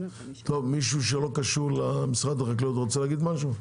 מישהו שלא קשור למשרד החקלאות רוצה להגיד משהו?